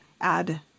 add